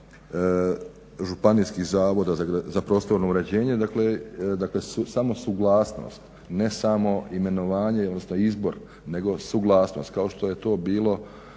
županijskih Zavoda za prostorno uređenje. Dakle, samo suglasnost ne samo imenovanje odnosno izbor, nego suglasnost kao što je to bilo